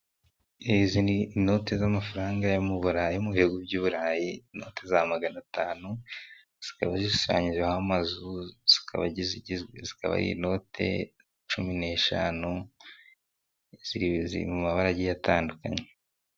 Umuhanda nyabagendwa, bigaragara ko harimo imoto n'umumotari uyitwaye, kandi kumpande zaho hakaba harimo inzu zisaza neza cyane zifite amarange y'umweru, kandi imbere yazo hakaba hagiye hari indabo nziza cyane.